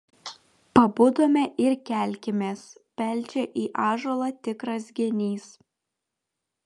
pabudome ir kelkimės beldžia į ąžuolą tikras genys